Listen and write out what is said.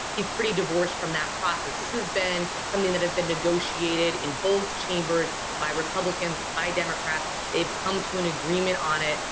he's pretty divorced from that process. this has been something that has been negotiated in both chambers by republicans, by democrats. they have come to an agreement on it.